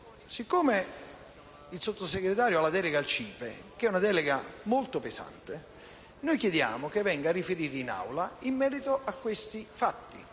siccome il Sottosegretario ha la delega al CIPE, una delega molto pesante, noi chiediamo che egli venga a riferire in Aula in merito a questi fatti,